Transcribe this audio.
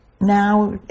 now